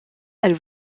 elle